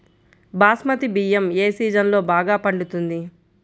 బాస్మతి బియ్యం ఏ సీజన్లో బాగా పండుతుంది?